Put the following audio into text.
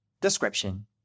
Description